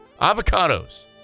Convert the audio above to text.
Avocados